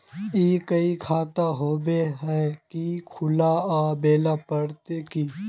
ई कोई खाता होबे है की खुला आबेल पड़ते की?